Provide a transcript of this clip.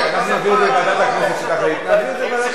אם צריך